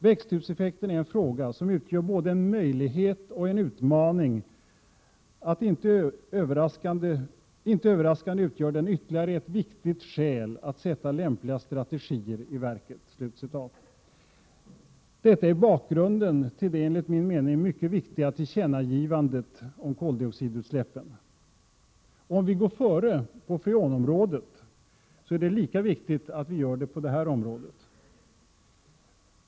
Växthuseffekten är en fråga som utgör både en möjlighet och en utmaning; inte överraskande utgör den ytterligare ett viktigt skäl att sätta lämpliga strategier i verket.” Detta är bakgrunden till det, enligt min mening, mycket viktiga tillkännagivandet om koldioxidutsläppen. Om vi går före på freonområdet, är det lika viktigt att vi gör det på det här området.